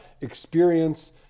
experience